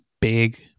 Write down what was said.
big